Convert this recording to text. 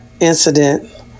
incident